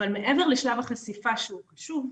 אבל מעבר לשלב החשיפה שהוא חשוב,